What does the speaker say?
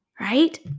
right